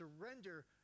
surrender